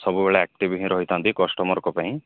ସବୁବେଳେ ଆକ୍ଟିଭ୍ ହିଁ ରହିଥାନ୍ତି କଷ୍ଟମର୍ଙ୍କ ପାଇଁ